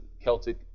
celtic